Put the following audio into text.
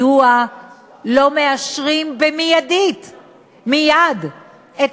מדוע לא מאשרים מייד את התקציבים,